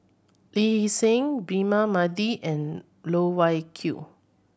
Lee Seng Braema Mathi and Loh Wai Kiew